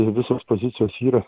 ir visos pozicijos yra